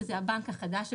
שזה הבנק החדש,